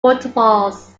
waterfalls